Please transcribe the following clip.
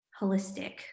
holistic